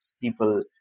People